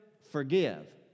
forgive